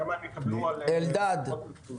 כמה הם יקבלו על זמן פרסום.